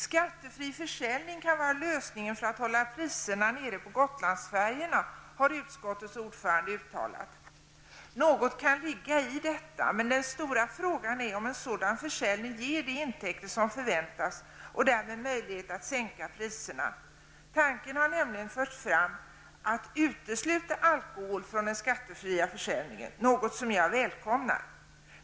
''Skattefri försäljning kan vara lösningen för att hålla priserna nere på Gotlandsfärjorna'', har utskottets ordförande uttalat. Det kan ligga något i detta, men den stora frågan är om en sådan försäljning ger de intäkter som förväntas och därmed möjlighet att sänka priserna. Tanken har nämligen förts fram att utesluta alkohol från den skattefria försäljningen, något som jag välkomnar.